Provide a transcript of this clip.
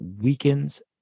weakens